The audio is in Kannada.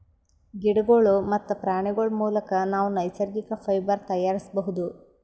ಗಿಡಗೋಳ್ ಮತ್ತ್ ಪ್ರಾಣಿಗೋಳ್ ಮುಲಕ್ ನಾವ್ ನೈಸರ್ಗಿಕ್ ಫೈಬರ್ ತಯಾರಿಸ್ಬಹುದ್